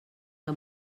que